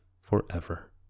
forever